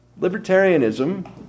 libertarianism